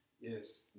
Yes